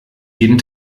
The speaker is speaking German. jeden